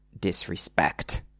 disrespect